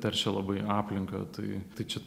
teršia labai aplinką tai tai čia